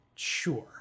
Sure